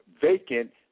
vacant